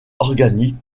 organiques